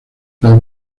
las